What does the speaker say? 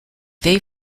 they